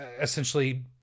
essentially